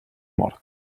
mort